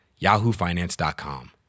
yahoofinance.com